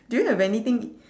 do you have anything